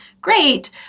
great